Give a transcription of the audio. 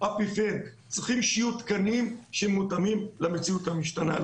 צריכים שיהיו תקנים שמותאמים למציאות המשתנה.